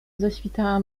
zaświtała